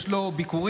יש לו ביקורים,